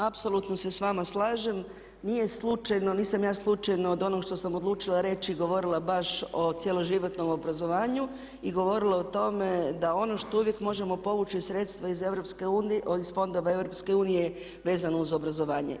Apsolutno se s vama slažem, nije slučajno, nisam ja slučajno od onog što sam odlučila reći govorila baš o cjeloživotnom obrazovanju i govorila o tome da ono što uvijek možemo povući sredstva iz fondova EU vezano uz obrazovanje.